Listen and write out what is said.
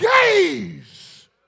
Gaze